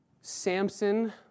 Samson